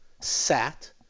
sat